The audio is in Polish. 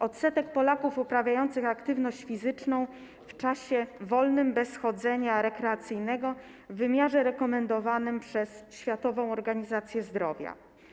Odsetek Polaków uprawiających aktywność fizyczną w czasie wolnym, bez chodzenia rekreacyjnego w wymiarze rekomendowanym przez Światową Organizację Zdrowia.